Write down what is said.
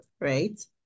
right